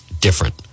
different